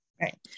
Right